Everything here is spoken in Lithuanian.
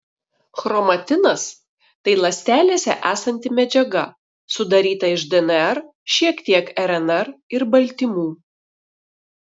chromatinas tai ląstelėse esanti medžiaga sudaryta iš dnr šiek tiek rnr ir baltymų